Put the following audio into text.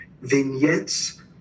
vignettes